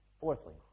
Fourthly